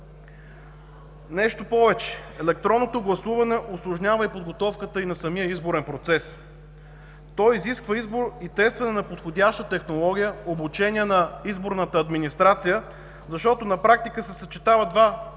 Нещо повече, електронното гласуване усложнява и подготовката и на самия изборен процес. То изисква избор и тестване на подходяща технология, обучение на изборната администрация, защото на практика се съчетават два вида